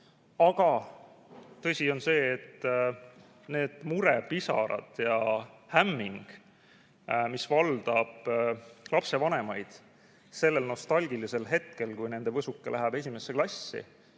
Aga tõsi on see, et need murepisarad, see hämming, mis valdab lapsevanemaid sellel nostalgilisel hetkel, kui nende võsuke läheb esimesse klassi